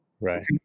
Right